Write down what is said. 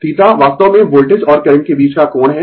θ वास्तव में वोल्टेज और करंट के बीच का कोण है